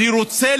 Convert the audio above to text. אני רוצה